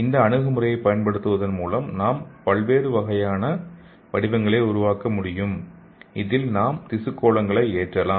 இந்த அணுகுமுறையைப் பயன்படுத்துவதன் மூலம் நாம் வெவ்வேறு வகையான வடிவங்களை உருவாக்க முடியும் இதில் நாம் திசு கோளங்களை ஏற்றலாம்